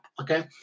Okay